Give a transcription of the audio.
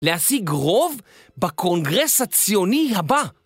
להשיג רוב בקונגרס הציוני הבא.